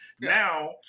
Now